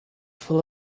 full